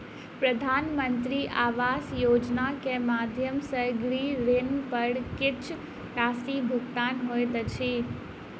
प्रधानमंत्री आवास योजना के माध्यम सॅ गृह ऋण पर किछ राशि भुगतान होइत अछि